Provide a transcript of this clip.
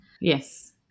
Yes